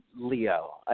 Leo